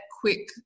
quick